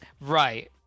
right